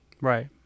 Right